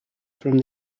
from